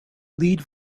lead